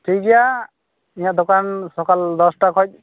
ᱴᱷᱤᱠ ᱜᱮᱭᱟ ᱤᱧᱟᱹᱜ ᱫᱚᱠᱟᱱ ᱥᱚᱠᱟᱞ ᱫᱚᱥᱴᱟ ᱠᱷᱚᱱ